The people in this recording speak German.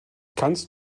kannst